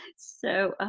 so,